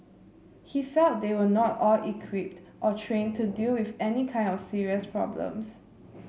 he felt they were not all equipped or trained to deal with any kind of serious problems